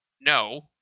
no